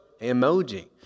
Emoji